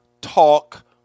talk